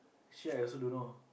actually I also don't know